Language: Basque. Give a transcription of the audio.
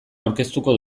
aurkeztuko